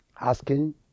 asking